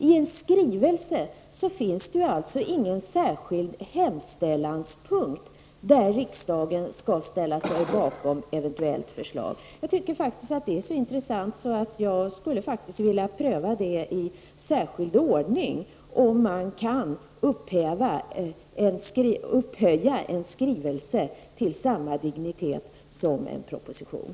I en skrivelse finns det ingen särskild hemställanpunkt, där riksdagen kan ställa sig bakom ett eventuellt förslag. Jag tycker faktiskt att det här är så intressant att jag skulle vilja pröva i särskild ordning om man kan upphöja en skrivelse till samma dignitet som en proposition.